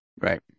Right